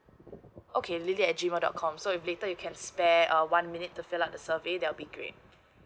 okay lily at G mail dot com so if later you can spare err one minute to fill up the survey that will be great